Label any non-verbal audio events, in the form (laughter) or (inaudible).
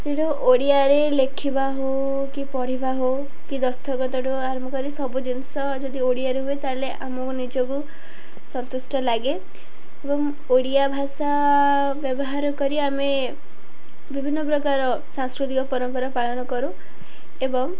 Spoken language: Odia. (unintelligible) ଓଡ଼ିଆରେ ଲେଖିବା ହେଉ କି ପଢ଼ିବା ହେଉ କି ଦସ୍ତଖତଠୁ ଆରମ୍ଭ କରି ସବୁ ଜିନିଷ ଯଦି ଓଡ଼ିଆରେ ହୁଏ ତାହେଲେ ଆମକୁ ନିଜକୁ ସନ୍ତୁଷ୍ଟ ଲାଗେ ଏବଂ ଓଡ଼ିଆ ଭାଷା ବ୍ୟବହାର କରି ଆମେ ବିଭିନ୍ନ ପ୍ରକାର ସାଂସ୍କୃତିକ ପରମ୍ପରା ପାଳନ କରୁ ଏବଂ